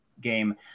game